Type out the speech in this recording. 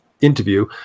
interview